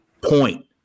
point